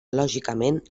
lògicament